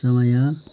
समय